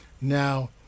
Now